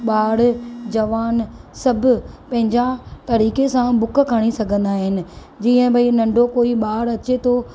बा॒र जवानु सभु पंहिंजा तरीक़े सां बुक खणी सघंदा आहिनि जीअं बई नंढो कोई बा॒र अचे थो